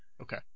Okay